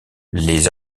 les